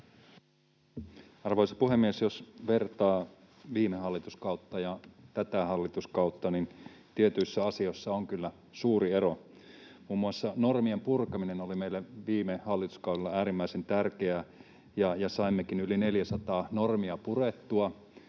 Arvoisa puhemies! Jos vertaa viime hallituskautta ja tätä hallituskautta, niin tietyissä asioissa on kyllä suuri ero. Muun muassa normien purkaminen oli meille viime hallituskaudella äärimmäisen tärkeää, ja saimmekin yli 400 normia purettua